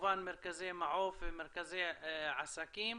כמובן מרכזי מעוף ומרכזי עסקים.